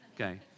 Okay